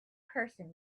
person